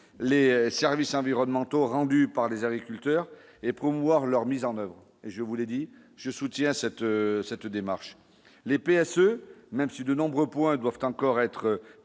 les services environnementaux rendus par des agriculteurs et promouvoir leur mise en oeuvre, je vous l'ai dit je soutiens cette cette démarche l'épée à ce même si de nombreux points doivent encore être